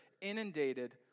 inundated